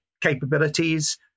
capabilities